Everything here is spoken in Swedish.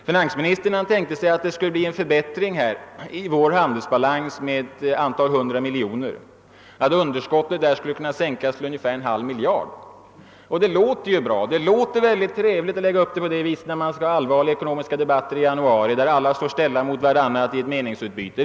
Finansministern tänkte sig att det skulle bli en förbättring i vår handelsbalans med några hundra miljoner kronor, att underskottet skulle kunna sänkas till ungefär en halv miljard. Det låter bra. Det låter trevligt att lägga upp saken på det viset, när man skall ha allvarliga ekonomiska debatter i januari, där parterna står ställda mot varandra i ett meningsutbyte.